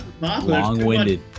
long-winded